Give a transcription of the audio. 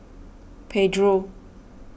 Pedro